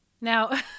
Now